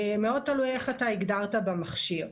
מאוד תלוי איך הגדרת במכשיר.